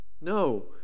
No